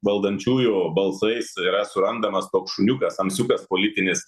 valdančiųjų balsais yra surandamas toks šuniukas amsiukas politinis